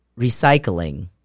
recycling